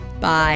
Bye